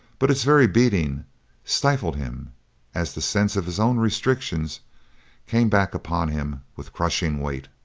but its very beating stifled him as the sense of his own restrictions came back upon him with crushing weight.